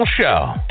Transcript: show